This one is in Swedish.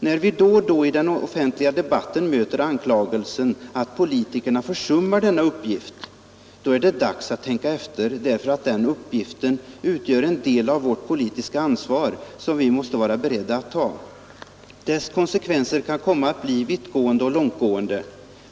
När vi då och då i den offentliga debatten möter anklagelsen att politikerna försummar denna uppgift, då är det dags att tänka efter, därför att den uppgiften utgör en del av vårt politiska ansvar, som vi måste vara beredda att ta. Dess konsekvenser kan komma att bli vittgående och långgtgående.